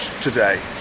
today